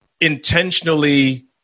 intentionally